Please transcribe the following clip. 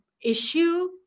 issue